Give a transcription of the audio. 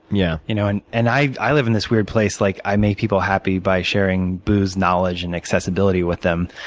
yeah you know and and i i live in this weird place like i make people happy by sharing booze, knowledge, and accessibility with them.